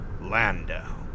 Landau